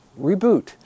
reboot